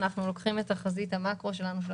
אנחנו לוקחים את תחזית המקרו שלנו של